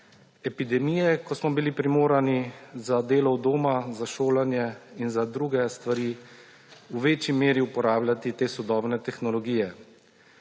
epidemije, ko smo bili primorani za delo od doma, za šolanje in za druge stvari v večji meri uporabljati te sodobne tehnologije.